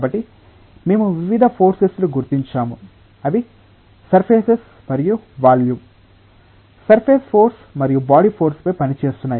కాబట్టి మేము వివిధ ఫోర్సెస్ ను గుర్తించాము అవి సర్ఫేసెస్ మరియు వాల్యూమ్ సర్ఫేస్ ఫోర్స్ మరియు బాడీ ఫోర్స్ పై పనిచేస్తున్నాయి